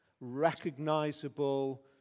recognizable